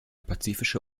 pazifische